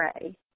pray